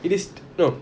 it is no